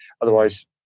Otherwise